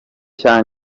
cya